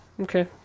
okay